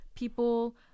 people